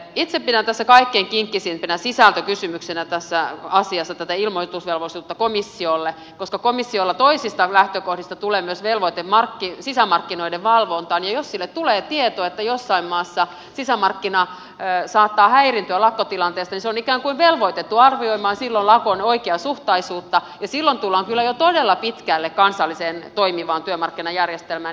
itse pidän kaikkein kinkkisimpänä sisältökysymyksenä tässä asiassa tätä ilmoitusvelvollisuutta komissiolle koska komissiolla toisista lähtökohdista tulee myös velvoite sisämarkkinoiden valvontaan ja jos sille tulee tieto että jossain maassa sisämarkkinat saattavat häiriintyä lakkotilanteesta niin se on ikään kuin velvoitettu arvioimaan silloin lakon oikeasuhtaisuutta ja silloin tullaan kyllä jo todella pitkälle kansalliseen toimivaan työmarkkinajärjestelmään